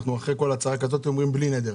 אחרי כל הצעה כזאת אנחנו אומרים "בלי נדר".